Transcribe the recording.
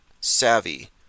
savvy